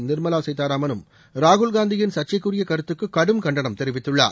நிர்மலா சீத்தராமனும் ராகுல் காந்தியின் சர்ச்சைக்குரிய கருத்துக்கு கடும் கண்டனம் தெரிவித்துள்ளார்